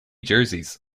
jerseys